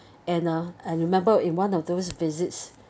and uh I remember in one of those visits